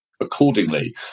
accordingly